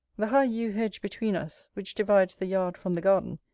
the high yew-hedge between us, which divides the yard from the garden,